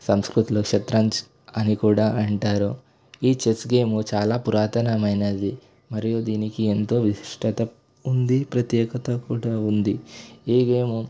సంస్కృతిలో ఛత్రంస్ అని కూడా అంటారు ఈ చెస్ గేమ్ చాలా పురాతనమైనది మరియు దీనికి ఎంతో విశిష్టత ఉంది ప్రత్యేకత కూడా ఉంది ఈ గేమ్